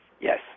Yes